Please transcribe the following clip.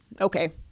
Okay